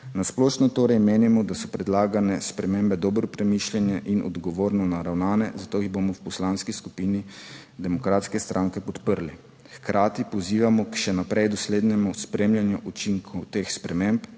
na splošno. Torej menimo, da so predlagane spremembe dobro premišljene in odgovorno naravnane, zato jih bomo v Poslanski skupini Demokratske stranke podprli. Hkrati pozivamo, k še naprej doslednemu spremljanju učinkov teh sprememb,